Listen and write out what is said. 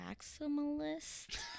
maximalist